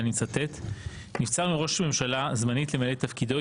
ואני מצטט: "נבחר מראש ממשלה זמנית למלא את תפקידו,